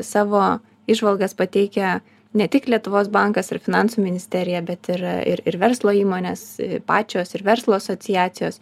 savo įžvalgas pateikia ne tik lietuvos bankas ir finansų ministerija bet ir ir ir verslo įmonės pačios ir verslo asociacijos